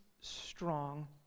strong